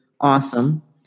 awesome